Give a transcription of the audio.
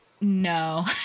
No